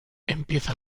empieza